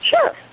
Sure